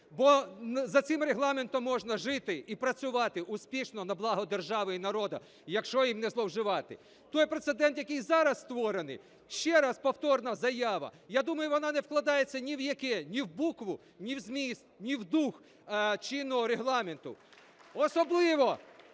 бо за цим Регламентом можна жити і працювати успішно на благо держави і народу, якщо ним не зловживати. Той прецедент, який зараз створений, ще раз повторна заява, я думаю, вона не вкладається ні в яке – ні в букву, ні в зміст, ні в дух чинного Регламенту. Особливо